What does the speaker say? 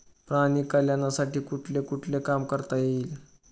प्राणी कल्याणासाठी कुठले कुठले काम करता येईल?